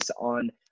on